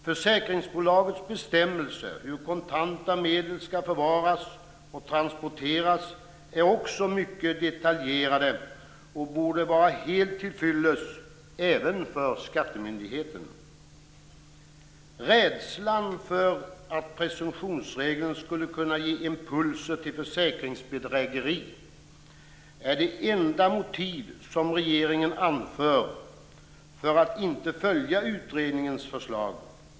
Försäkringsbolagets bestämmelser om hur kontanta medel skall förvaras och transporteras är också mycket detaljerade och borde vara helt till fyllest även för skattemyndigheten. Rädslan för att presumtionsregeln skulle kunna ge impulser till försäkringsbedrägeri är det enda motiv som regeringen anför för att inte följa utredningens förslag.